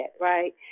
Right